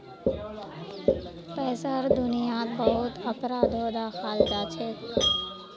पैसार दुनियात बहुत अपराधो दखाल जाछेक